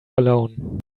alone